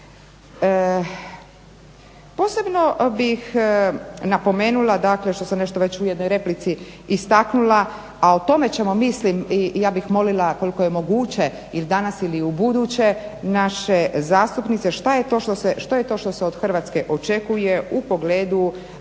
Posebno bih napomenula dakle što sam nešto već i u jednoj replici istaknula a o tome ćemo mislim i ja bih molila koliko je moguće ili danas ubuduće naše zastupnice šta je to što se od Hrvatske očekuje u pogledu